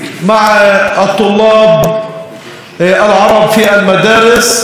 (אומר דברים בשפה הערבית,